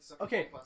Okay